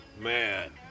Man